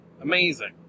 Amazing